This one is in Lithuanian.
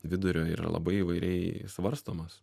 vidurio yra labai įvairiai svarstomas